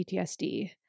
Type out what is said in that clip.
PTSD